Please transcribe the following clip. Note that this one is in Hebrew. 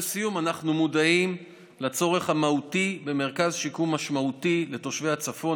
לסיום: אנחנו מודעים לצורך המהותי במרכז שיקום משמעותי לתושבי הצפון,